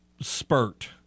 spurt